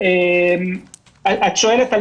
שואלת על